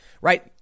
right